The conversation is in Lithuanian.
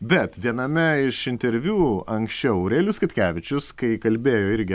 bet viename iš interviu anksčiau aurelijus katkevičius kai kalbėjo irgi